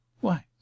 Why